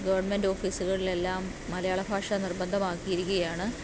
government ഓഫീസുകളിൽ എല്ലാം മലയാള ഭാഷ നിർബന്ധമാക്കിയിരിക്കുകയാണ്